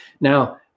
Now